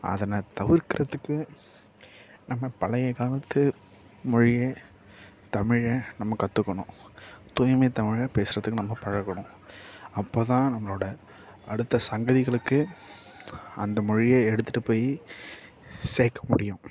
அதனை தவிர்க்கிறதுக்கு நம்ம பழைய காலத்து மொழியை தமிழ நம்ம கற்றுக்கணும் தூய்மை தமிழை பேசுகிறதுக்கு நம்ம பழகணும் அப்போ தான் நம்மளோட அடுத்த சந்ததிகளுக்கு அந்த மொழியை எடுத்துகிட்டு போய் சேர்க்க முடியும்